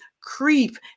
creep